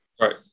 Right